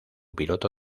piloto